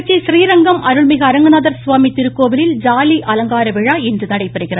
திருச்சி றீரங்கம் அருள்மிகு அரங்கநாதர் சுவாமி திருக்கோவிலில் ஜாலி அலங்கார விழா இன்று நடைபெறுகிறது